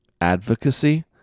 Advocacy